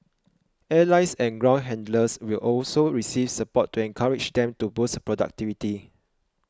airlines and ground handlers will also receive support to encourage them to boost productivity